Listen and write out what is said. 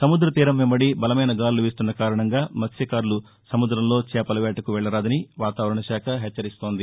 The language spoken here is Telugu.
సముద్ర తీరం వెంబడి బలమైన గాలులు వీస్తున్న కారణంగా మత్స్యకారులు సముద్ధంలో చేపల వేటకు వెళ్లరాదని వాతావరణశాఖ హెచ్చరించింది